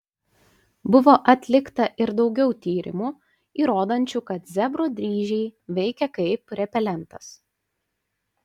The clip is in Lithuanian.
buvo atlikta ir daugiau tyrimų įrodančių kad zebro dryžiai veikia kaip repelentas